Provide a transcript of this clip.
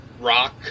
rock